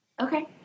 Okay